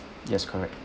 yes correct